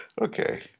okay